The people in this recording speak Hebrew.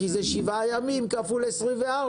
כי זה 7 ימים כפול 24,